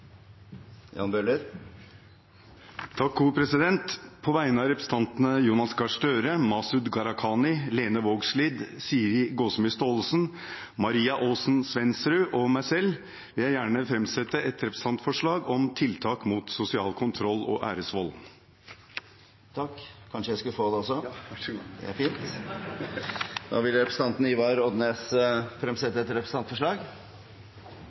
Jan Bøhler vil fremsette et representantforslag. På vegne av representantene Jonas Gahr Støre, Masud Gharahkhani, Lene Vågslid, Siri Gåsemyr Staalesen, Maria-Karine Aasen-Svensrud og meg selv vil jeg gjerne framsette et representantforslag om tiltak mot sosial kontroll og æresvold. Representanten Ivar Odnes vil fremsette et representantforslag.